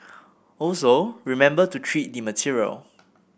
also remember to treat the material